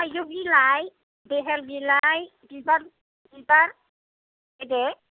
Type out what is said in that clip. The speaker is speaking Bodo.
थाइजौ बिलाइ बेहेल बिलाइ बिबार बिबार होदे